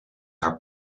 haar